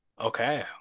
Okay